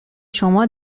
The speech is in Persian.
شما